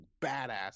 badass